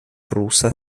rusa